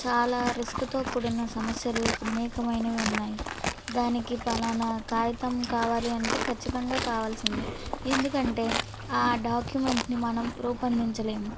చాలా రిస్క్తో కూడిన సమస్యలు అనేకమైనవి ఉన్నాయి దానికి పలనా కాగితం కావలి అంటే ఖచ్చితంగా కావాల్సిందే ఎందుకంటే ఆ డాక్యుమెంట్ని మనం రూపొందించలేము